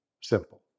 simple